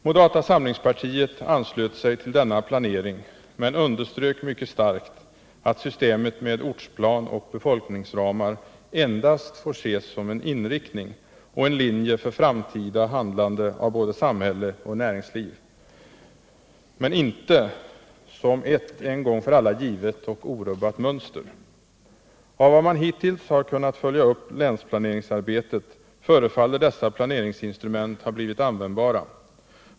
Moderata samlingspartiet anslöt sig till denna planering men underströk mycket starkt att systemet med ortsplan och befolkningsramar endast får ses som en inriktning och en linje för framtida handlande av både samhälle och näringsliv — men inte som ett en gång för alla givet och orubbligt mönster. Såvitt man hittills har kunnat följa upp länsplaneringsarbetet förefaller dessa planeringsinstrument ha blivit användbara.